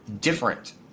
different